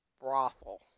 brothel